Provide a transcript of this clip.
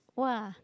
!wah!